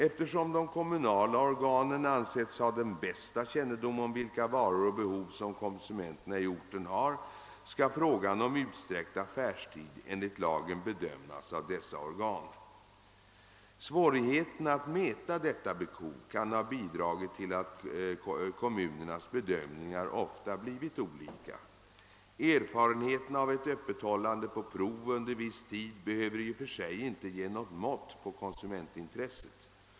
Eftersom de kommunala organen ansetts ha den bästa kännedomen om vilka vanor och behov som konsumenterna i orten har, skall frågan om utsträckt affärstid enligt lagen bedömas av dessa organ. Svårigheterna att mäta detta behov kan ha bidragit till att kommunernas bedömningar ofta blivit olika. Erfarenheterna av ett öppethållande på prov under viss tid behöver i och för sig inte ge något mått på konsumentintresset.